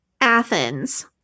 Athens